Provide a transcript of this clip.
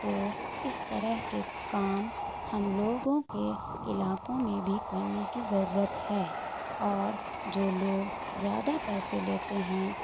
تو اس طرح کے کام ہم لوگوں کے علاقوں میں بھی کرنے کی ضرورت ہے اور جو لوگ زیادہ پیسے لیتے ہیں